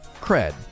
cred